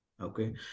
Okay